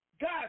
God